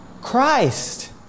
christ